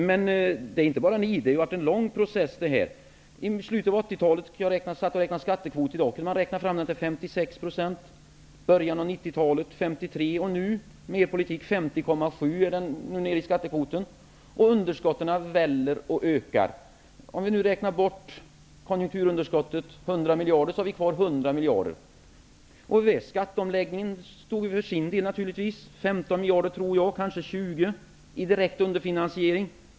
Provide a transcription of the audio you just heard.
Men det är inte bara ni -- det har varit en lång process. Jag satt och räknade ut skattekvoten i dag. I slutet av 80-talet var den 56 %. I början av 90-talet var den 53 %, och nu är den med er politik nere i 50,7 %, och underskotten sväller och ökar. Om vi räknar bort konjunkturunderskottet -- 100 miljarder -- har vi kvar 100 miljarder. Skatteomläggningen stod ju för sin del -- 15 miljarder, kanske 20, i direkt underfinansiering.